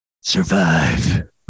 Survive